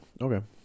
Okay